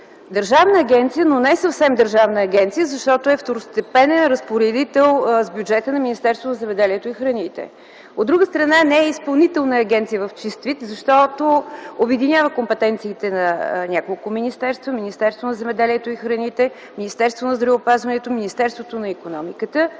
държавна агенция, но не съвсем държавна агенция, защото е второстепенен разпоредител с бюджета на Министерството на земеделието и храните. От друга страна не е и изпълнителна агенция в чист вид, защото обединява компетенциите на няколко министерства – Министерство на земеделието и храните, Министерство на здравеопазването, Министерство на икономиката,